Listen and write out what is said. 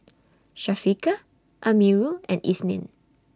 Syafiqah Amirul and Isnin